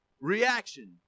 reaction